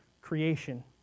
creation